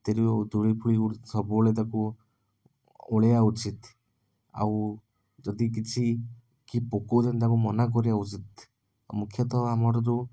ଯଦିଓ ଧୂଳିଫୁଳି ଉଡ଼ୁଛି ସବୁବେଳେ ତାକୁ ଓଳେଇବା ଉଚିତ ଆଉ ଯଦି କିଛି କିଏ ପକାଉଛନ୍ତି ତାଙ୍କୁ ମନା କରିବା ଉଚିତ ଆଉ ମୁଖ୍ୟତଃ ଆମର ଯେଉଁ